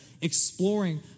exploring